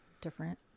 different